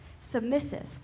submissive